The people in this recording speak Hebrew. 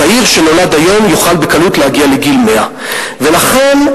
צעיר שנולד היום יוכל בקלות להגיע לגיל 100. ולכן,